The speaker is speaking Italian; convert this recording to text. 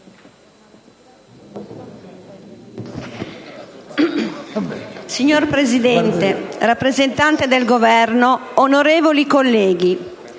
Signor Presidente, rappresentante del Governo, onorevoli colleghi,